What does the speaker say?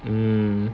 hmm